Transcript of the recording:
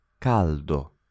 caldo